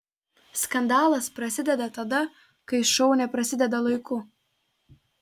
skandalas prasideda tada kai šou neprasideda laiku